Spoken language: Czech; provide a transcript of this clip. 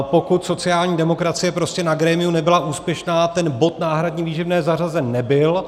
Pokud sociální demokracie prostě na grémiu nebyla úspěšná, ten bod náhradní výživné zařazen nebyl.